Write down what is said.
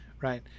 right